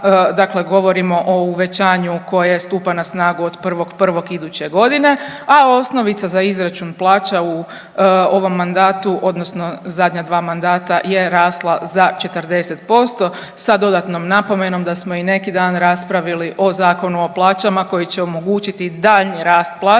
dakle govorimo o uvećanju koje stupa na snagu od 1.1. iduće godine, a osnovica za izračun plaća u ovom mandatu odnosno zadnja dva mandata je rasla za 40% sa dodatnom napomenom da smo i neki dan raspravili o Zakonu o plaćama koji će omogućiti daljnji rast plaća